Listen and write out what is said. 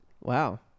Wow